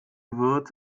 wird